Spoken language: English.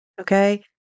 Okay